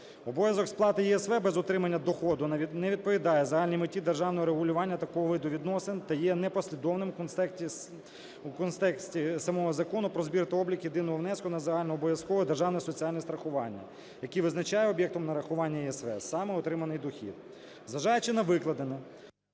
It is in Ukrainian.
Обов'язок сплати ЄСВ без отримання доходу не відповідає загальній меті державного регулювання такого виду відносин та є непослідовним в контексті самого Закону "Про збір та облік єдиного внеску на загальнообов’язкове державне соціальне страхування", який визначає об’єктом нарахування ЄСВ саме отриманий дохід. Зважаючи на викладене…